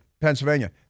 Pennsylvania